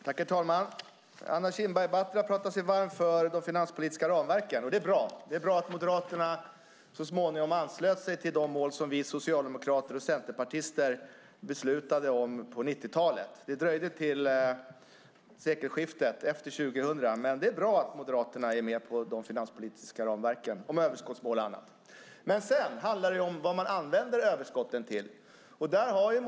Herr talman! Anna Kinberg Batra pratar sig varm för de finanspolitiska ramverken. Det är bra att Moderaterna så småningom anslöt sig till de mål som Socialdemokraterna och Centerpartiet beslutade om på 90-talet. Det dröjde till sekelskiftet 2000, men det är bra att Moderaterna är med på de finanspolitiska ramverken om överskottsmål och annat. Men det handlar ju om vad man använder överskotten till.